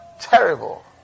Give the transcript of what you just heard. terrible